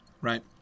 Right